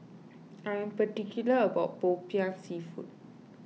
I am particular about Popiah Seafood